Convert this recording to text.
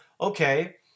okay